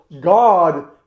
God